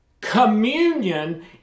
communion